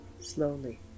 slowly